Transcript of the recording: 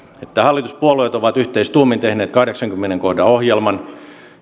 että hallituspuolueet ovat yhteistuumin tehneet kahdeksannenkymmenennen kohdan ohjelman